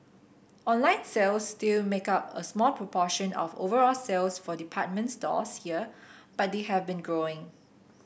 online sales still make up a small proportion of overall sales for department stores here but they have been growing